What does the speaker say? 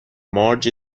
مارج